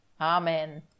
Amen